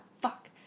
fuck